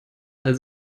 all